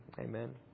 amen